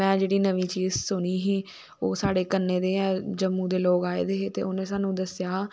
मैं जेह्ड़ी नमीं चीज़ सुनी ही ओह् साढ़े कन्ने दे ऐ जम्मू दे लोग आए दे हे उनैं साह्नू दस्सेआ हा